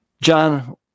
john